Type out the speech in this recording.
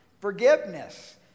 forgiveness